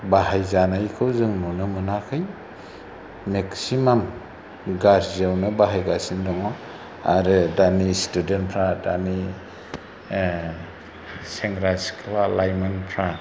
बाहायजानायखौ जों नुनो मोनाखै मेक्सिमाम गाज्रियावनो बाहायगासिनो दङ आरो दानि स्तुदेन्थफ्रा दानि सेंग्रा सिख्ला लाइमोनफ्रा